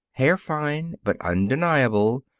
hair-fine but undeniable,